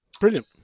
Brilliant